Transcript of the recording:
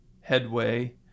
headway